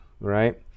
right